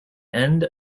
end